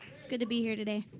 it's good to be here today.